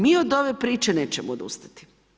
Mi od ove priče nećemo odustati.